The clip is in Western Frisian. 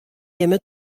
jimme